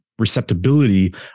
receptability